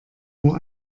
nur